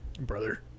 brother